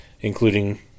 including